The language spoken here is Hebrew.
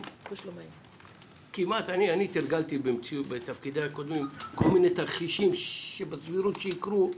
אני תרגלתי בתפקידיי הקודמים כל מיני תרחישים שיש סבירות שיקרו,